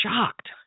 shocked